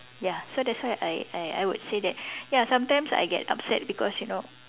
ya so that's why I I I would say that ya sometimes I get upset because you know